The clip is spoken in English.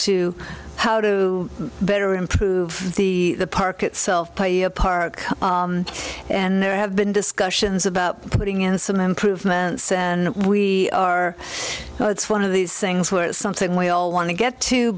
to how to better improve the park itself play a park and there have been discussions about putting in some improvements and we are it's one of these things where it's something we all want to get to